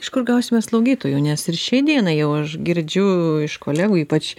iš kur gausime slaugytojų nes ir šiai dienai jau aš girdžiu iš kolegų ypač